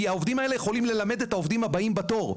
כי העובדים האלה יכולים ללמד את העובדים הבאים בתור.